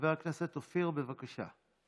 חבר הכנסת אופיר, בבקשה.